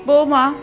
पोइ मां